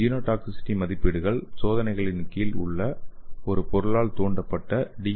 genotoxicity மதிப்பீடுகள் சோதனையின் கீழ் உள்ள ஒரு பொருளால் தூண்டப்பட்ட டி